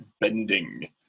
bending